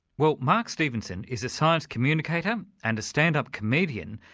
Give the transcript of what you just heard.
well mark stevenson is a science communicator and a stand-up comedian,